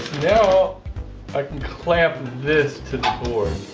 now i can clamp this to the board.